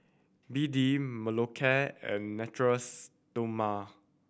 B D Molicare and Natura Stoma